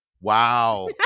wow